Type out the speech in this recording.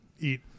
eat